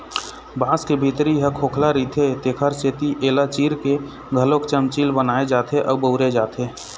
बांस के भीतरी ह खोखला रहिथे तेखरे सेती एला चीर के घलोक चमचील बनाए जाथे अउ बउरे जाथे